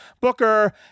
booker